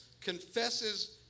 confesses